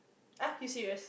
ah you serious